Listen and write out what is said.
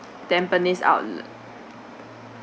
at Tampines outlet